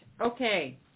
Okay